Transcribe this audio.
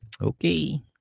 okay